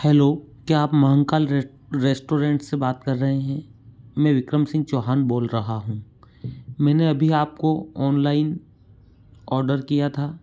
hello क्या आप महाकाल रेस रेस्टुरेंट से बात कर रहें हैं मैं विक्रम सिंह चौहान बोल रहा हूँ मैंने अभी आपको ऑनलाइन ऑर्डर किया था